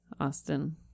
Austin